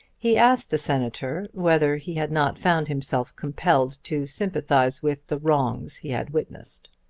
he asked the senator whether he had not found himself compelled to sympathise with the wrongs he had witnessed.